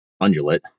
undulate